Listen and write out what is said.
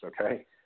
okay